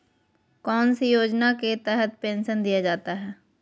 कौन सी योजना के तहत पेंसन दिया जाता है?